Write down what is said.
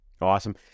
awesome